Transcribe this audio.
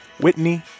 Whitney